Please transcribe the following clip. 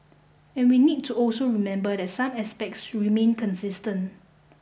and we need to also remember that some aspects remain consistent